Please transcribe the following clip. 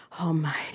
Almighty